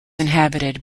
inhabited